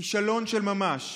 כישלון של ממש.